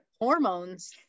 hormones